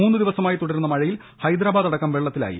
മൂന്നു ദിവസമായി തുടരുന്ന മഴയിൽ ഹൈദരാബാദടക്കം വെള്ളത്തിലായി